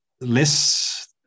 less